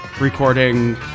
recording